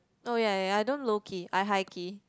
oh ya ya I don't low key I high key